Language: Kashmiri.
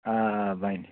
آ آ بَنہِ